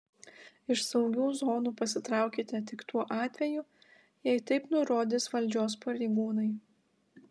iš saugių zonų pasitraukite tik tuo atveju jei taip nurodys valdžios pareigūnai